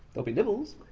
so be nibbles.